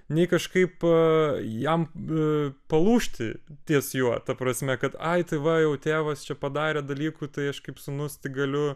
nei kažkaip jam palūžti ties juo ta prasme kad ai tai va jau tėvas čia padarė dalykų tai aš kaip sūnus tik galiu